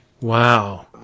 Wow